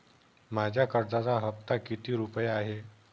माझ्या कर्जाचा हफ्ता किती रुपये आहे?